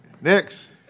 Next